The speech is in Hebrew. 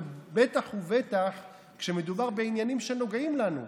ובטח ובטח כשמדובר בעניינים שנוגעים לנו,